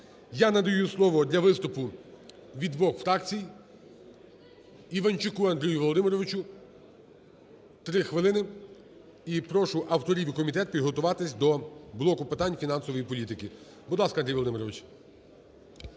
Я надаю слово для виступу від двох фракцій Іванчуку Андрію Володимировичу, три хвилини. І прошу авторів і комітет підготуватися до блоку питань фінансової політики. Будь ласка, Андрій Володимирович.